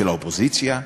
של האופוזיציה,